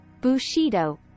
Bushido